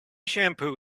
shampoo